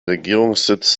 regierungssitz